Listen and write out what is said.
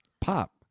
Pop